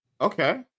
okay